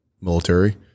military